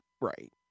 Right